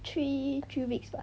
three three weeks lah